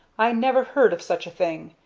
i never heard of such a thing!